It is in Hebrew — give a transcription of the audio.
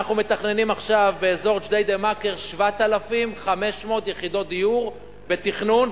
אנחנו מתכננים עכשיו באזור ג'דיידה-מכר 7,500 יחידות דיור בתכנון,